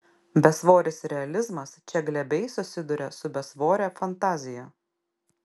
besvoris realizmas čia glebiai susiduria su besvore fantazija